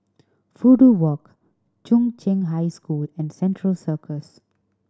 Fudu Walk Chung Cheng High School and Central Circus